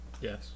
Yes